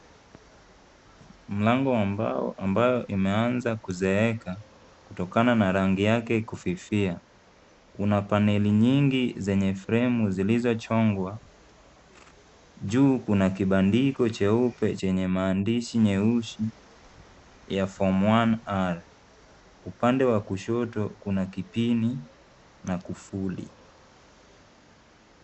Mlango wa mbao ambayo imeanza kuzeeka kutokana na rangi yake kufifia, Kuna panel(cs) nyingi zenye flemu zilichongwa , juu Kuna kibandiko cheupe chenye maandishi nyeusi ya Form one R (cs) ,pande wa kushoto Kuna kipini na kufuli .